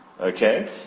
okay